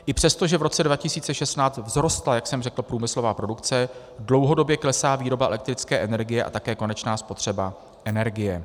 I přesto, že v roce 2016 vzrostla, jak jsem řekl, průmyslová produkce, dlouhodobě klesá výroba elektrické energie a také konečná spotřeba energie.